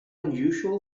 unusual